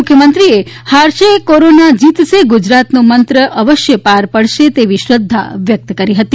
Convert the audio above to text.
મુખ્યમંત્રીએ હારશે કોરોના જીતશે ગુજરાત નો મંત્રી અવશ્ય પાર પડશે તેવી શ્રદ્ધા વ્યક્ત કરી હતી